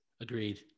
Agreed